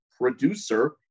producer